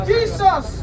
Jesus